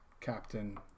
captain